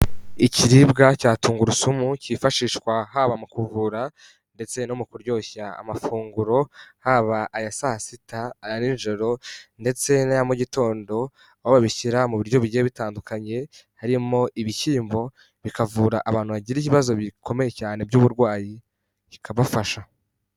Ikiribwa cya tungurusumu cyifashishwa haba mu kuvura ndetse no mu kuryoshya amafunguro haba aya saa sita ari nijoro ndetse n'aya mu gitondo aho babishyira mu biryo bi giye bitandukanye harimo ibishyimbo bikavura abantu bagira ibibazo bikomeye cyane by'uburwayi bikabafasha.